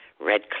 Red